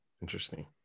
Interesting